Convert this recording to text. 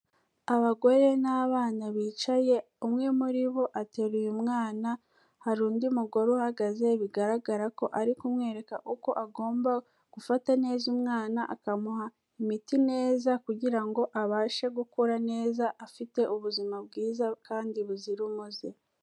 Abagore n'abana bicaye umwe muri bo ateruye umwana, hari undi mugore uhagaze bigaragara ko ari kumwereka uko agomba gufata neza umwana, akamuha imiti neza kugira ngo abashe gukura neza afite ubuzima bwiza kandi buzira umuze.